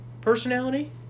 personality